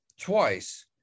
twice